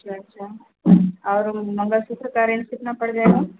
अच्छा अच्छा और मंगलसूत्र का रेट कितना पड़ जाएगा